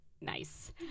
Nice